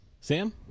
Sam